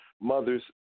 mother's